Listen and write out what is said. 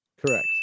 Correct